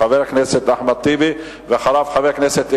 חבר הכנסת אחמד טיבי, ואחריו חבר הכנסת אלדד,